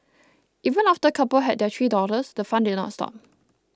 even after the couple had their three daughters the fun did not stop